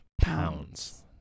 pounds